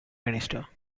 minister